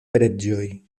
preĝoj